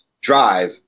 drive